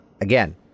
Again